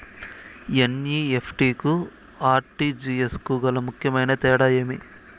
NEFT కు RTGS కు గల ముఖ్యమైన తేడా ఏమి?